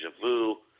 Vu